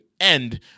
end